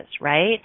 right